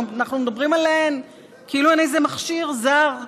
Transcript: אנחנו מדברים עליהן כאילו על איזה מכשיר זר לנו,